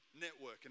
network